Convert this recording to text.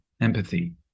empathy